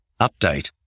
update